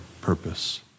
purpose